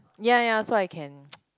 ya ya so I can